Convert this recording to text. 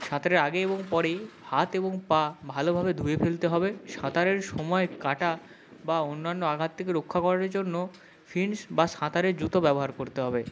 সাঁতারের আগে এবং পরে হাত এবং পা ভালোভাবে ধুয়ে ফেলতে হবে সাঁতারের সময় কাটা বা অন্যান্য আঘাত থেকে রক্ষা করার জন্য ফিনশ বা সাঁতারের জুতো ব্যবহার করতে হবে